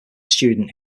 student